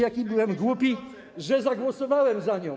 Jaki byłem głupi, że zagłosowałem za nią.